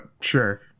sure